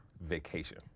vacation